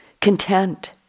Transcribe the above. content